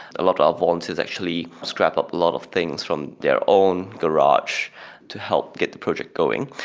a lot of our volunteers actually scraped up a lot of things from their own garage to help get the project going.